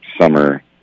summer